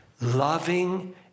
loving